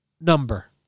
number